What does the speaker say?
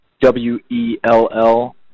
W-E-L-L